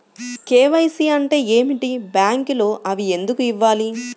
KYC అంటే ఏమిటి? బ్యాంకులో అవి ఎందుకు ఇవ్వాలి?